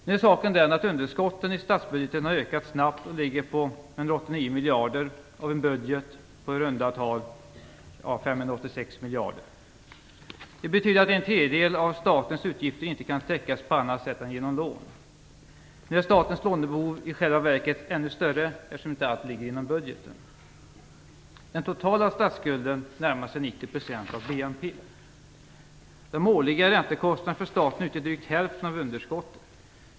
Nu är saken den att underskotten i statsbudgeten har ökat snabbt och för närvarande ligger på 189 miljarder av en budget på 586 miljarder. Det betyder att en tredjedel av statens utgifter inte kan täckas på annat sätt än genom lån. Nu är statens lånebehov i själva verket ännu större, eftersom inte allt ligger inom budgeten. Den totala statsskulden närmar sig 90 % av BNP. De årliga räntekostnaderna för staten utgör drygt hälften av underskottet.